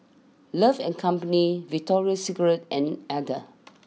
love and company Victoria Secret and Aden